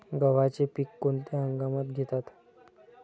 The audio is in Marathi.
गव्हाचे पीक कोणत्या हंगामात घेतात?